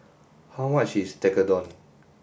how much is Tekkadon